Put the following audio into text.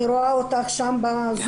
אני רואה אותך בזום,